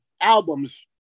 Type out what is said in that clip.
albums